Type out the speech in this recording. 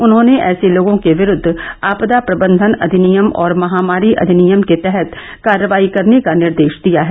उन्होंने ऐसे लोगों के विरूद्व आपदा प्रबंधन अधिनियम और महामारी अधिनियम के तहत कार्रवाई करने का निर्देश दिया है